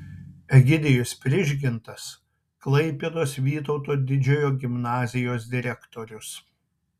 egidijus prižgintas klaipėdos vytauto didžiojo gimnazijos direktorius